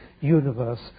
universe